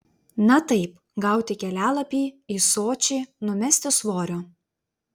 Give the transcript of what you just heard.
na taip gauti kelialapį į sočį numesti svorio